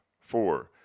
four